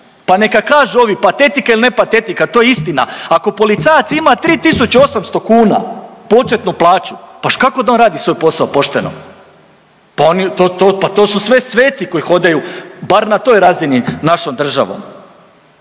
pa neka kažu ovi patetika ili ne patetika to je istina, ako policajac ima 3.800 kuna početnu plaću pa kako da on radi svoj posao pošteno, pa on, pa to su sve sveci koji hodaju bar na toj razini našom državom.